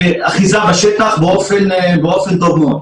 אחיזה בשטח באופן טוב מאוד.